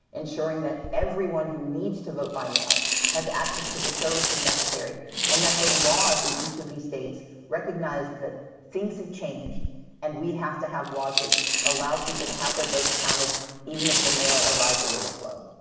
ensuring that everyone who needs to vote by mail has access to the services necessary and that the laws in each of these states recognize that things have changed and we have to have laws that allow people to have their votes counted even if the mail arrives a little slow.